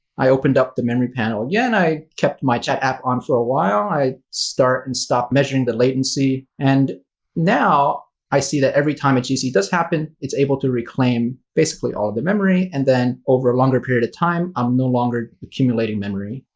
i opened up the memory panel. again, i kept my chat app on for a while. i start and stop measuring the latency. and now i see that every time a gc does happen, it's able to reclaim basically all of the memory. and then over a longer period of time, i'm no longer accumulating memory.